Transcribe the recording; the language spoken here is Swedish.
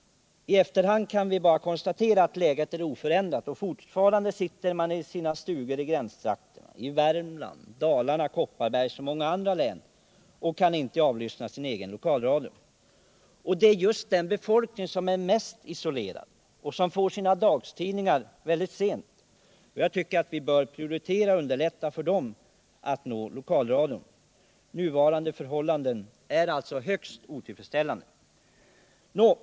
I efterhand kan vi klart konstatera att läget är oförändrat. Folk i gränstrakterna till Värmlands, Kopparbergs och många andra län sitter fortfarande i sina stugor och kan inte avlyssna sin egen lokalradio. Det är just den befolkningen som är mest isolerad och som får sin dagstidning mycket sent. Vi bör ge dessa människor prioritet och underlätta för dem att nås av lokalradion. Nuvarande förhållanden är alltså högst otillfredsställande.